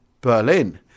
Berlin